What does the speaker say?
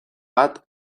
bat